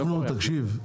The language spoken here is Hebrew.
תקשיב,